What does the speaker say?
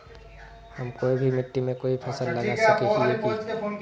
हम कोई भी मिट्टी में कोई फसल लगा सके हिये की?